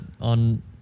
on